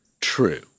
true